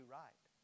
right